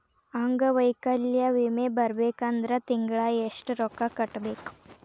ಅಂಗ್ವೈಕಲ್ಯ ವಿಮೆ ಬರ್ಬೇಕಂದ್ರ ತಿಂಗ್ಳಾ ಯೆಷ್ಟ್ ರೊಕ್ಕಾ ಕಟ್ಟ್ಬೇಕ್?